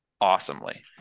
awesomely